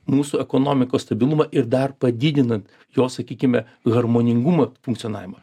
mūsų ekonomikos stabilumą ir dar padidinant jos sakykime harmoningumą funkcionavimą